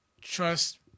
trust